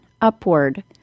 upward